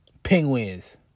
Penguins